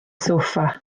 soffa